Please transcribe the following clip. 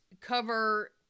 cover